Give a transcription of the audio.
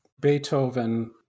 Beethoven